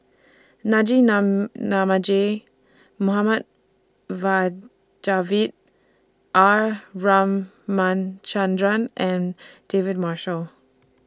Naji Nam Namagie Mohd Javad R Ramachandran and David Marshall